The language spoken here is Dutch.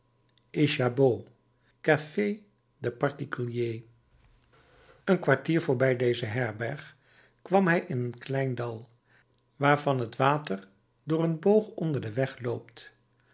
echabeau café de particulier een kwartier voorbij deze herberg kwam hij in een klein dal waarvan het water door een boog onder den